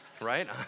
right